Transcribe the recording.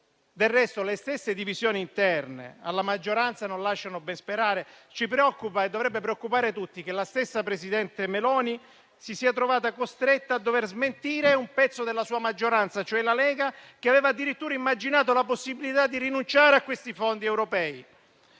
Del resto, le stesse divisioni interne alla maggioranza non lasciano ben sperare. Ci preoccupa e dovrebbe preoccupare tutti che la stessa presidente Meloni si sia trovata costretta a dover smentire un pezzo della sua maggioranza, cioè la Lega, che aveva addirittura immaginato la possibilità di rinunciare a questi fondi europei.